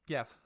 Yes